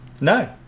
no